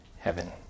heaven